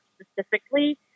specifically